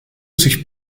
sich